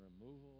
removal